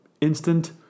instant